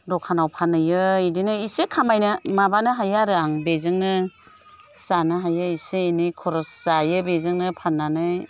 दखानाव फानहैयो बिदिनो इसे खामायनो माबानो हायो आरो आं बेजोंनो जानो हायो इसे एनै खरस जायो बेजोंनो फान्नानै